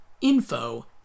info